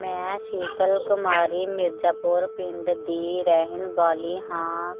ਮੈਂ ਸ਼ੀਤਲ ਕੁਮਾਰੀ ਮਿਰਜ਼ਾਪੁਰ ਪਿੰਡ ਦੀ ਰਹਿਣ ਵਾਲੀ ਹਾਂ